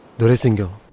duraisingam